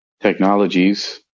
technologies